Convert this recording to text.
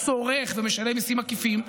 צורך ומשלם מיסים עקיפים.